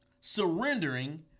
surrendering